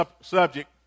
subject